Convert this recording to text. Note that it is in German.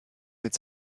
mit